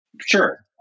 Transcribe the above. Sure